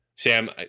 Sam